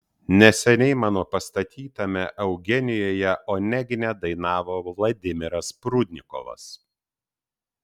neseniai mano pastatytame eugenijuje onegine dainavo vladimiras prudnikovas